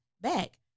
back